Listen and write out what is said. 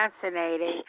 fascinating